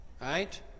Right